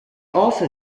also